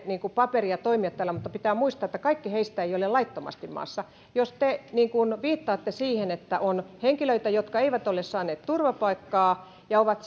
paperia toimia täällä mutta pitää muistaa että kaikki heistä eivät ole laittomasti maassa jos te viittaatte siihen että on henkilöitä jotka eivät ole saaneet turvapaikkaa ja ovat